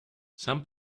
some